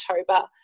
October